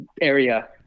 area